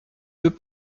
peut